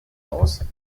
aus